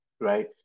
right